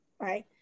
right